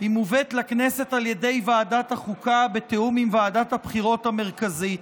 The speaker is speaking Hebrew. היא מובאת לכנסת על ידי ועדת החוקה בתיאום עם ועדת הבחירות המרכזית.